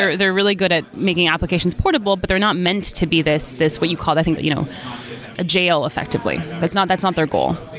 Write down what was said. they're they're really good at making applications portable, but they're not meant to be this, what you called i think, you know a jail effectively. that's not that's not their goal.